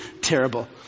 terrible